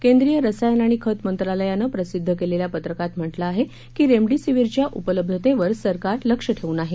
केंद्रीय रसायन आणि खत मंत्रालयानं प्रसिद्ध केलेल्या पत्रकात म्हटलंय की रेमडेसीवीरच्या उपलब्धतेवर सरकार लक्ष ठेवून आहे